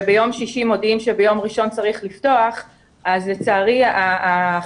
וביום שישי מודיעים שביום ראשון צריך לפתוח אז לצערי ההחלטות